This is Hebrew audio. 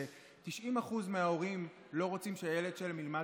ש-90% מההורים לא רוצים שהילד שלהם ילמד